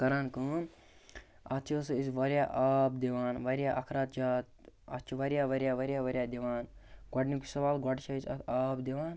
کَران کٲم اَتھ چھِ ہَسا أسۍ واریاہ آب دِوان واریاہ اَخراجات اَتھ چھِ واریاہ واریاہ واریاہ واریاہ دِوان گۄڈنیُک سَوال گۄڈٕ چھِ أسۍ اَتھ آب دِوان